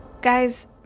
Guys